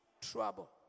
trouble